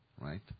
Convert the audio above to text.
right